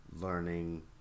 learning